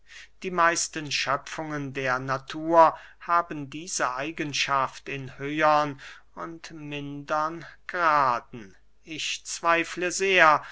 die meisten schöpfungen der natur haben diese eigenschaft in höhern und mindern graden ich zweifle sehr